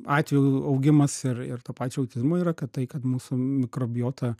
atvejų augimas ir ir to pačio autizmo yra kad tai kad mūsų mikrobiota